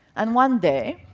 and one day,